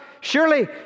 Surely